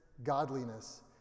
godliness